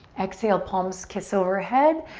exhale, palms kiss overhead,